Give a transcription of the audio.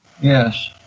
Yes